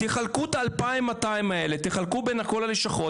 תחלקו את ה-2,200 בין כל הלשכות.